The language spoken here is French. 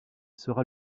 sera